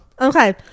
Okay